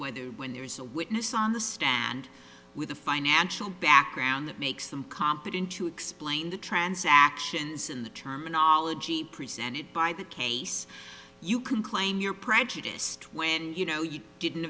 whether when there's a witness on the stand with a financial background that makes them competent to explain the transactions and the terminology presented by that case you can claim you're prejudiced when you know you didn't